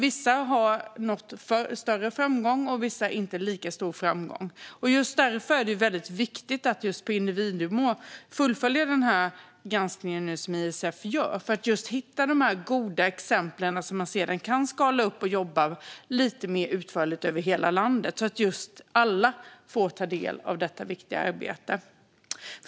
Vissa har nått större framgång än andra. Just därför är det väldigt viktigt att på individnivå fullfölja den granskning som ISF nu gör för att hitta de goda exempel som man sedan kan skala upp och jobba lite mer utförligt med över hela landet, så att alla får ta del av detta viktiga arbete.